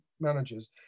managers